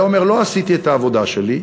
היה אומר: לא עשיתי את העבודה שלי,